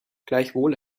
gleichwohl